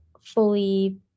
fully